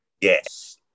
Yes